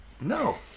No